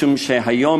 משום שהיום,